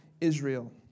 Israel